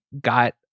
got